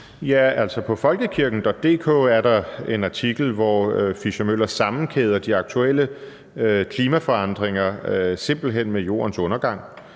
På Folkekirken.dk er der en artikel, hvor Fischer-Møller simpelt hen sammenkæder de aktuelle klimaforandringer med jordens undergang,